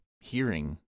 hearing